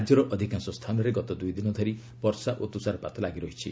ରାଜ୍ୟର ଅଧିକାଂଶ ସ୍ଥାନରେ ଗତ ଦୁଇ ଦିନ ଧରି ବର୍ଷା ଓ ତୁଷାରପାତ ଲାଗି ରହିଛି